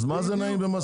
אז מה זה "נעים במשאיות"?